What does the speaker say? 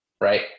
right